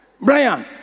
Brian